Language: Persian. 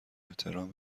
احترام